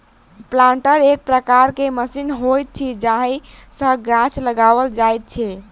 planter एक प्रकारक machine होइत अछि जाहि सॅ गाछ लगाओल जाइत छै